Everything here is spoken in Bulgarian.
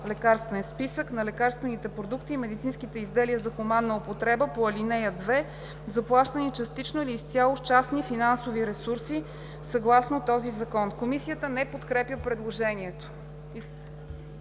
лекарствен списък на лекарствените продукти и медицинските изделия за хуманна употреба по алинея 2, заплащани частично или изцяло с частни финансови ресурси, съгласно този закон.“ Комисията не подкрепя предложението.